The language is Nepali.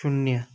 शून्य